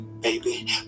baby